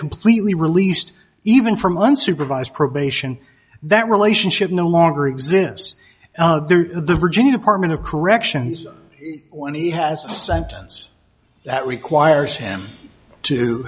completely released even for months supervised probation that relationship no longer exists and the virginia department of corrections when he has a sentence that requires him to